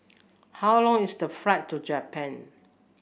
how long is the flight to Japan